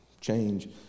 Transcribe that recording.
change